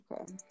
okay